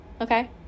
okay